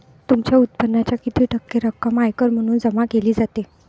तुमच्या उत्पन्नाच्या किती टक्के रक्कम आयकर म्हणून जमा केली जाते?